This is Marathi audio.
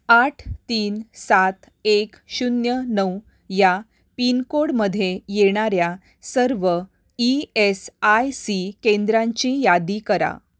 आठ तीन सात एक शून्य नऊ या पिनकोडमध्ये येणाऱ्या सर्व ई एस आय सी केंद्रांची यादी करा